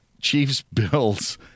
Chiefs-Bills